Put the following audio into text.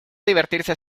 divertirse